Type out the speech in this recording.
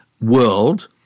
world